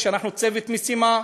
שאנחנו צוות משימה,